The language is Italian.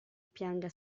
pianga